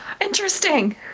interesting